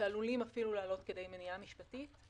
שעלולים אפילו לעלות עד כדי מניעה משפטית.